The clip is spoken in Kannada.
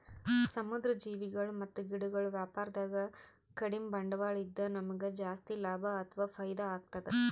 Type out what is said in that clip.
ಸಮುದ್ರ್ ಜೀವಿಗೊಳ್ ಮತ್ತ್ ಗಿಡಗೊಳ್ ವ್ಯಾಪಾರದಾಗ ಕಡಿಮ್ ಬಂಡ್ವಾಳ ಇದ್ದ್ ನಮ್ಗ್ ಜಾಸ್ತಿ ಲಾಭ ಅಥವಾ ಫೈದಾ ಆಗ್ತದ್